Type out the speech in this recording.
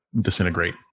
disintegrate